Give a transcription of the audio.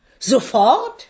Sofort